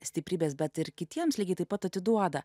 stiprybės bet ir kitiems lygiai taip pat atiduoda